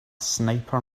sniper